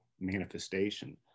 manifestation